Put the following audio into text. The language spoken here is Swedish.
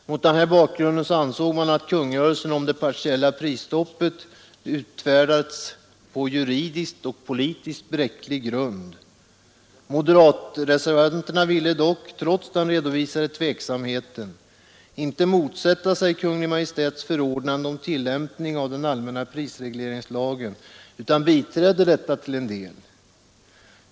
Mot denna bakgrund ansågs kungörelsen om det partiella prisstoppet utfärdad på juridiskt och politiskt bräcklig grund. Moderatreservanterna ville dock, trots den redovisade tveksamheten, inte motsätta sig Kungl. Maj:ts förordnande om tillämpning av den allmänna prisregleringslagen utan biträdde detta till en del.